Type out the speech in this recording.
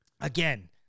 again